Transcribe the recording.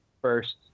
first